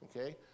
okay